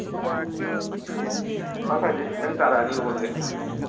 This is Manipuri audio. ꯑꯣ ꯐꯥꯔꯁ ꯄ꯭ꯔꯥꯏꯖꯇꯩ ꯈꯤꯇꯪ ꯇꯥꯔꯛꯑꯅꯤꯕꯀꯣ ꯑꯗꯨꯗꯤ